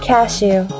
Cashew